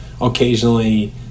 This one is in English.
occasionally